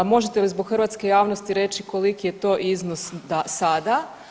Možete li zbog hrvatske javnosti reći koliki je to iznos sada?